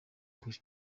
ukuri